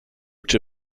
czy